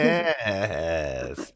Yes